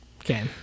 Okay